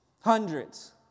Hundreds